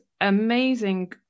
amazing